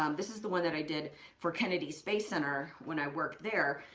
um this is the one that i did for kennedy space center when i worked there,